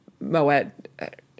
Moet